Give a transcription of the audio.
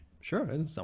sure